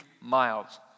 miles